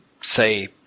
say